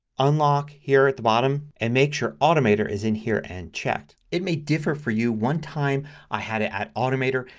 unlock here at the bottom and make sure automator is in here and checked. it may differ for you. one time i had it at automator.